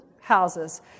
houses